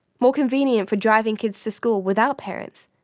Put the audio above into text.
more convenient for driving kids to school without parents,